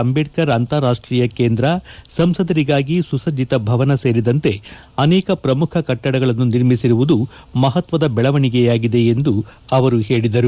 ಅಂಬೇಡ್ಕರ್ ಅಂತಾರಾಷ್ಟೀಯ ಕೇಂದ್ರ ಸಂಸದರಿಗಾಗಿ ಸುಸಭ್ಜಿತ ಭವನ ಸೇರಿದಂತೆ ಅನೇಕ ಪ್ರಮುಖ ಕಟ್ಟಡಗಳನ್ನು ನಿರ್ಮಿಸಿರುವುದು ಮಹತ್ವದ ಬೆಳವಣಿಗೆಯಾಗಿದೆ ಎಂದು ಅವರು ಹೇಳಿದರು